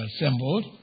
assembled